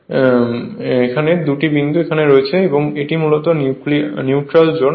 এবং এই দুটি বিন্দু এখানে রয়েছে এটি মূলত নিউট্রাল জোন